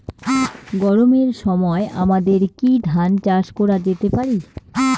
গরমের সময় আমাদের কি ধান চাষ করা যেতে পারি?